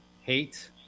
Hate